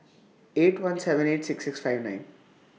eight one seven eight six six five nine